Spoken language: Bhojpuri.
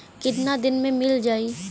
कितना दिन में मील जाई?